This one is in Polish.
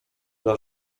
dla